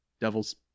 devil's